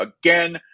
again